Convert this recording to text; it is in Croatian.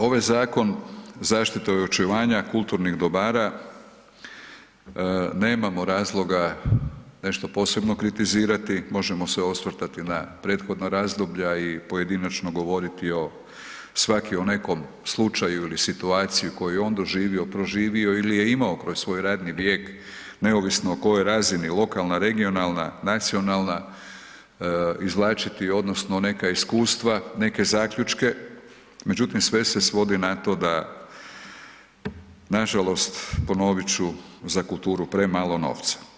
Ovaj Zakon zaštita i očuvanje kulturnih dobara nemamo razloga nešto posebno kritizirati, možemo se osvrtati na prethodna razdoblja i pojedinačno govoriti svaki o nekom slučaju ili situaciji koju je on doživio, proživio ili je imao kroz svoj radni vijek neovisno o kojoj razini, lokalna, regionalna, nacionalna, izvlačiti odnosno neka iskustva, neke zaključke, međutim sve se svodi na to da nažalost ponovit ću za kulturu premalo novca.